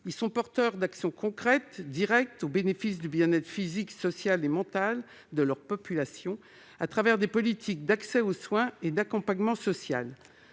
Ils sont porteurs d'actions concrètes, directes, au bénéfice du bien-être physique, social et mental de leur population, au travers des politiques d'accès au soin et d'accompagnement social.